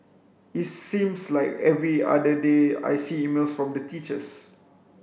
it seems like every other day I see emails from the teachers